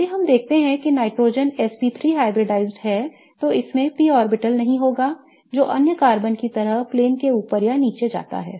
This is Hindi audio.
यदि हम देखते हैं कि नाइट्रोजन sp3 हाइब्रिडाइज्ड है तो इसमें p ऑर्बिटल नहीं होगा जो अन्य कार्बन की तरह प्लेन के ऊपर और नीचे जाता है